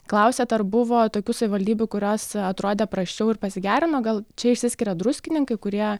klausiat ar buvo tokių savivaldybių kurios atrodė prasčiau ir pasigerino gal čia išsiskiria druskininkai kurie